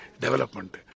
development